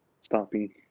stopping